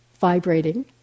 vibrating